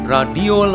Radio